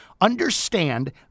understand